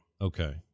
Okay